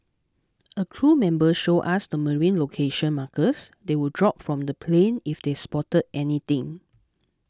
a crew member showed us the marine location markers they would drop from the plane if they spotted anything